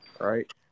Right